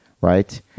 right